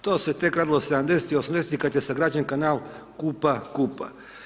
To se tek radilo 70-tih i 80-tih kad je sagrađen kanal Kupa-Kupa.